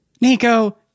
Nico